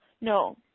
No